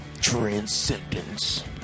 Transcendence